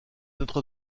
notre